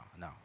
no